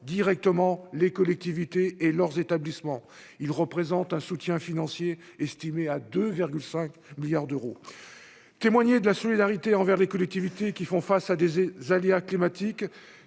directement les collectivités et leurs établissements, il représente un soutien financier, estimé à 2,5 milliards d'euros, témoigner de la solidarité envers les collectivités qui font face à des aléas climatiques,